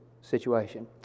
situation